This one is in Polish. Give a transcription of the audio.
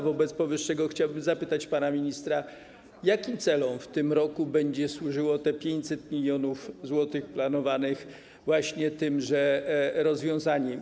Wobec powyższego chciałbym zapytać pana ministra, jakim celom w tym roku będzie służyło te 500 mln zł planowanych tymże rozwiązaniem.